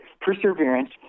perseverance